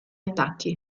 attacchi